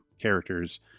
characters